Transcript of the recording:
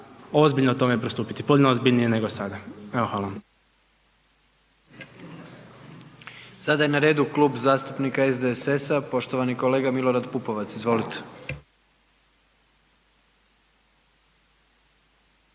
ozbiljno tome pristupiti, puno ozbiljnije nego sada. Evo, hvala vam. **Jandroković, Gordan (HDZ)** Sada je na redu Klub zastupnika SDSS-a poštovani kolega Milorad Pupovac, izvolite.